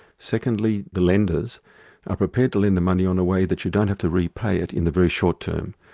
secondly the lenders are prepared to lend the money on a way that you don't have to repay it in the very short term,